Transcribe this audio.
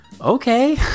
Okay